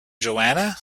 joanna